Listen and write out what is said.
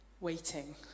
waiting